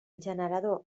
generador